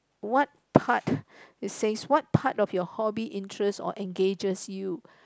what part it says what part of your hobby interests or engages you